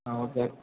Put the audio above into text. ஆ okay